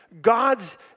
God's